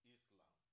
Islam